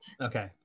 Okay